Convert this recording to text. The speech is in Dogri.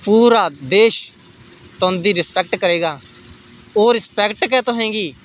पूरा देश तुंदी रिस्पैक्ट करग ओह् रिस्पैक्ट गै तुसें गी